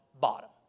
bottom